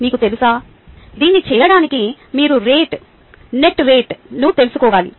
మీకు తెలుసా దీన్ని చేయడానికి మీరు రేటు నెట్ రేటును తెలుసుకోవాలి